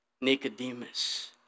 Nicodemus